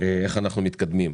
איך אנחנו מתקדמים.